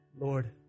Lord